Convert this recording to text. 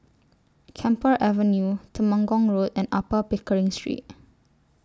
Camphor Avenue Temenggong Road and Upper Pickering Street